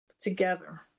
together